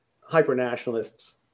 hyper-nationalists